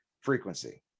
frequency